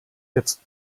jetzt